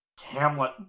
Hamlet